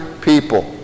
people